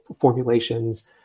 formulations